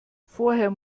vorher